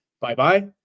bye-bye